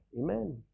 Amen